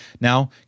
Now